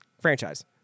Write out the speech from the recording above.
franchise